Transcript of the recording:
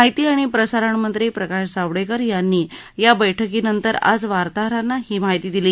माहिती आणि प्रसारण मंत्री प्रकाश जावडेकर यांनी या बैठकीनंतर आज वार्ताहरांना ही माहिती दिली